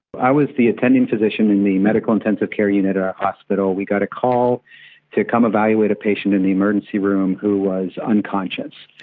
i was the attending physician in the medical intensive care unit of our hospital. we got a call to come evaluate a patient in the emergency room who was unconscious.